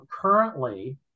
currently